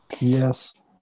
Yes